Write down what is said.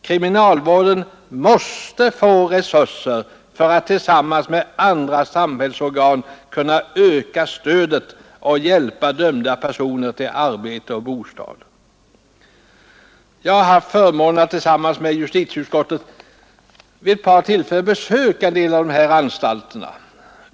Kriminalvården måste få resurser för att tillsammans med andra samhällsorgan kunna öka stödet och hjälpa dömda personer till arbete, bostad m.m.” Jag har haft förmånen att tillsammans med justitieutskottet vid ett par tillfällen besöka en del anstalter.